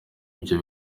ibyo